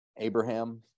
abraham